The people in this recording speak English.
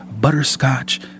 butterscotch